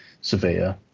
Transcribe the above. severe